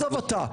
עזוב אתה.